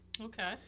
Okay